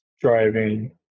driving